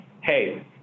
hey